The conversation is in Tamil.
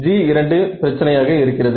g2 பிரச்சனையாக இருக்கிறது